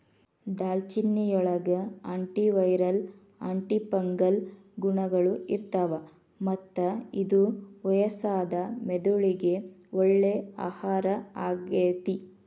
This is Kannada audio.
ದಾಲ್ಚಿನ್ನಿಯೊಳಗ ಆಂಟಿವೈರಲ್, ಆಂಟಿಫಂಗಲ್ ಗುಣಗಳು ಇರ್ತಾವ, ಮತ್ತ ಇದು ವಯಸ್ಸಾದ ಮೆದುಳಿಗೆ ಒಳ್ಳೆ ಆಹಾರ ಆಗೇತಿ